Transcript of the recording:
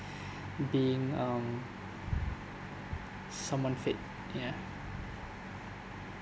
being um someone fit ya